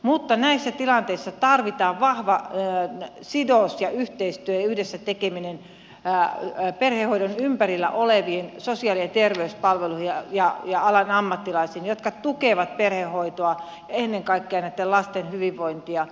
mutta näissä tilanteissa tarvitaan vahva sidos ja yhteistyö ja yhdessä tekeminen perhehoidon ympärillä oleviin sosiaali ja terveyspalveluihin ja alan ammattilaisiin jotka tukevat perhehoitoa ja ennen kaikkea näitten lasten hyvinvointia